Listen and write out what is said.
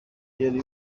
yari